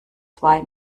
zwei